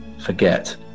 forget